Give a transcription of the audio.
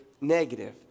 negative